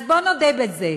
אז בואו נודה בזה: